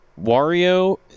Wario